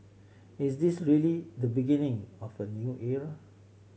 is this really the beginning of a new era